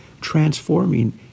transforming